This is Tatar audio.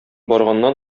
барганнан